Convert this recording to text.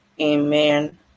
Amen